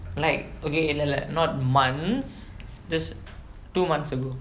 like okay இல்லல்ல:illalla like not months just two months ago